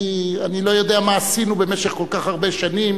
אני לא יודע מה עשינו במשך כל כך הרבה שנים